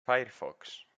firefox